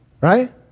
right